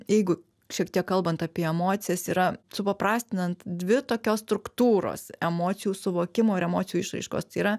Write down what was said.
jeigu šiek tiek kalbant apie emocijas yra supaprastinant dvi tokios struktūros emocijų suvokimo ir emocijų išraiškos tai yra